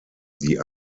die